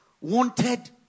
wanted